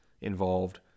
involved